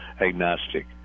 agnostic